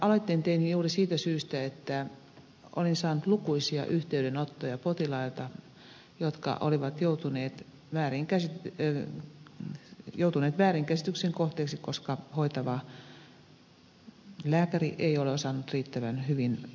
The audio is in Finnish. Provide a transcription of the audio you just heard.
aloitteen tein juuri siitä syystä että olin saanut lukuisia yhteydenottoja potilailta jotka olivat joutuneet väärinkäsityksen kohteeksi koska hoitava lääkäri ei ole osannut riittävän hyvin suomen kieltä